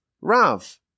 Rav